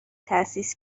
تأسیس